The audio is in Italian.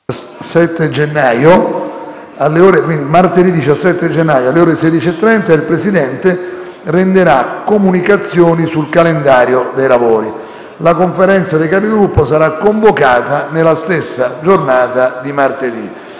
di martedì 17 gennaio, alle ore 16,30, il Presidente renderà comunicazioni sul calendario dei lavori. La Conferenza dei Capigruppo sarà convocata nella stessa giornata di martedì.